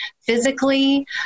physically